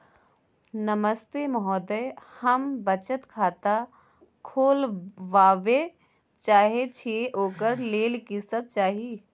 नमस्ते महोदय, हम बचत खाता खोलवाबै चाहे छिये, ओकर लेल की सब चाही?